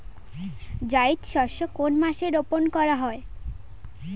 জায়িদ শস্য কোন মাসে রোপণ করা হয়?